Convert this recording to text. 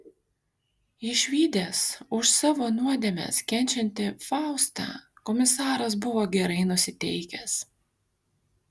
išvydęs už savo nuodėmes kenčiantį faustą komisaras buvo gerai nusiteikęs